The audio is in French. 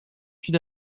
sud